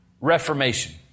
reformation